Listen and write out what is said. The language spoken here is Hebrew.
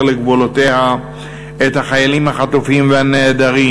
לגבולותיה את החיילים החטופים והנעדרים,